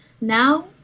now